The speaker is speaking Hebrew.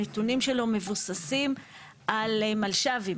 הנתונים שלו מבוססים על מלש"בים,